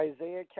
Isaiah